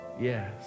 Yes